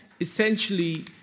essentially